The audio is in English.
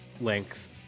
length